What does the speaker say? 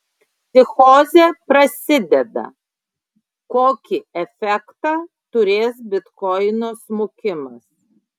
psichozė prasideda kokį efektą turės bitkoino smukimas